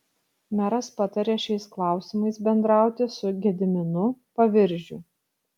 meras patarė šiais klausimais bendrauti su gediminu paviržiu